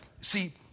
See